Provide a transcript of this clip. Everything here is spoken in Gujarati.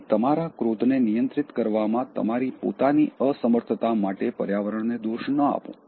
તેથી તમારા ક્રોધને નિયંત્રિત કરવામાં તમારી પોતાની અસમર્થતા માટે પર્યાવરણને દોષ ન આપો